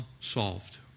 solved